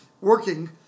working